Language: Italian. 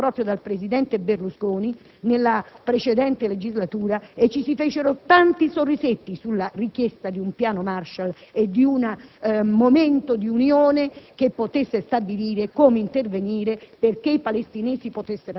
ma ricordiamo che questo piano fu proposto proprio dal presidente Berlusconi nella precedente legislatura e si fecero tanti sorrisetti sulla richiesta di un piano Marshall e di un momento di unione